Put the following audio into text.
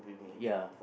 ya